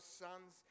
sons